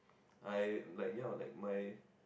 I like yeah like my